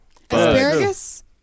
Asparagus